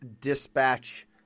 dispatch